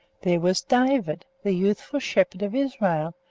there was david, the youthful shepherd of israel,